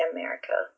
America